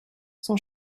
son